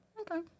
Okay